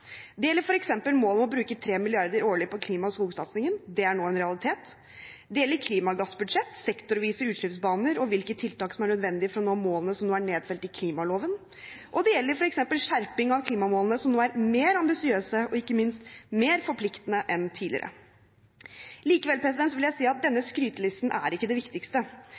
Det gjelder f.eks. målet om å bruke 3 mrd. kr årlig på klima- og skogsatsingen – det er nå en realitet. Det gjelder klimagassbudsjett, sektorvise utslippsbaner og hvilke tiltak som er nødvendige for å nå målene som er nedfelt i klimaloven, og det gjelder f.eks. skjerping av klimamålene, som nå er mer ambisiøse og ikke minst mer forpliktende enn tidligere. Likevel vil jeg si at denne skrytelisten ikke er det viktigste.